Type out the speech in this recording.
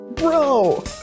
bro